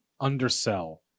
undersell